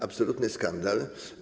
Absolutny skandal.